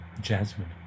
Jasmine